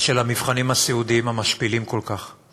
של המבחנים הסיעודיים, המשפילים כל כך.